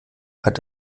hat